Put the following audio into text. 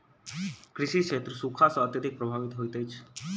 कृषि क्षेत्र सूखा सॅ अत्यधिक प्रभावित होइत अछि